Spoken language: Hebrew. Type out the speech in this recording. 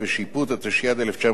התשי"ב 1952,